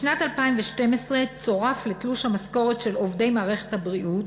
בשנת 2012 צורף לתלוש המשכורת של עובדי מערכת הבריאות,